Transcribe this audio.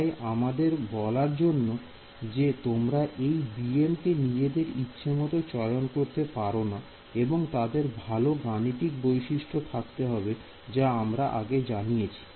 তাই তোমাদের বলার জন্য যে তোমরা এই bm কে নিজেদের ইচ্ছেমতো চয়ন করতে পারো না এবং তাদের ভালো গাণিতিক বৈশিষ্ট্য থাকতে হবে যা আমরা আগে জানিয়েছি